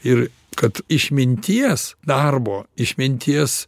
ir kad išminties darbo išminties